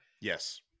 yes